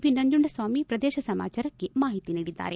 B Nanjundaswamy ಪ್ರದೇಶ ಸಮಾಚಾರಕ್ಕೆ ಮಾಹಿತಿ ನೀಡಿದ್ದಾರೆ